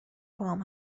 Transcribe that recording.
باهام